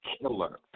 killer